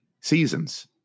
seasons